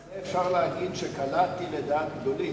כלומר, על זה אפשר להגיד שקלעתי לדעת גדולים.